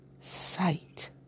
sight